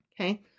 Okay